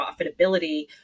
profitability